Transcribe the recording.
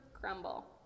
crumble